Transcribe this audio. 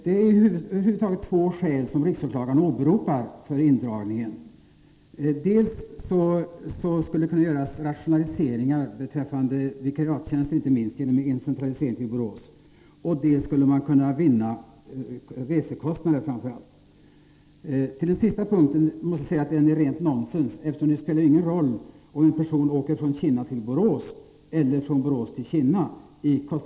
Det är två skäl som riksåklagaren åberopar för indragningen. Dels skulle det kunna göras rationaliseringar beträffande vikariattjänster, inte minst genom en centralisering till Borås, dels skulle man kunna göra inbesparingar, framför allt när det gäller resekostnader. Beträffande det senare skälet måste jag säga att det är rent nonsens. I kostnadshänseendet spelar det ju ingen roll om en person åker från Kinna till Borås eller från Borås till Kinna.